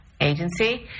agency